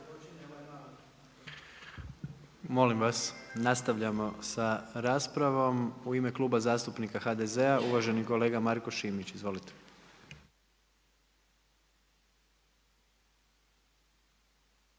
Molim vas. Nastavljamo sa raspravom, u ime Kluba zastupnika HDZ-a uvaženi kolega Marko Šimić. Izvolite.